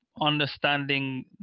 understanding